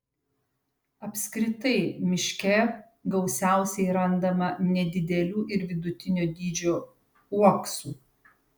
apskritai miške gausiausiai randama nedidelių ir vidutinio dydžio uoksų